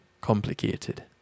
complicated